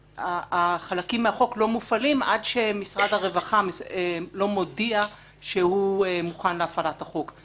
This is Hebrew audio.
מהחלקים בחוק לא מופעלים עד שמשרד הרווחה לא מודיע שהוא מוכן להפעלת החוק.